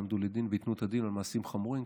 יעמדו לדין וייתנו את הדין על מעשים חמורים,